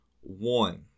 One